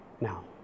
Now